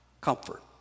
comfort